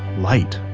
light.